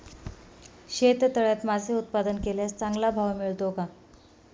शेततळ्यात मासे उत्पादन केल्यास चांगला भाव मिळतो का?